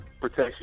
protection